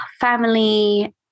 family